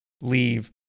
leave